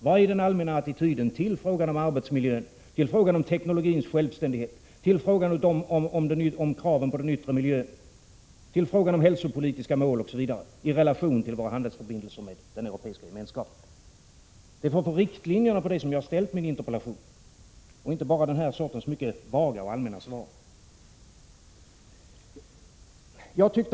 Vilken är den allmänna attityden till frågan om arbetsmiljön, till frågan om teknologins självständighet, till frågan om kraven på den yttre miljön, till frågan om hälsopolitiska mål osv. i relation till våra handelsförbindelser med Europeiska gemenskapen? Det är för att få reda på riktlinjerna för detta som jag har framställt min interpellation — inte för att bara få den här sortens mycket vaga och allmänna svar som jag har fått.